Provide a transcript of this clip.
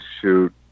shoot